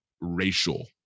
racial